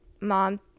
mom